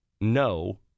No